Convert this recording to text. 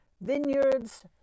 Vineyards